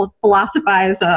philosophize